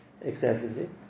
excessively